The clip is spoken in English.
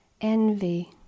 Envy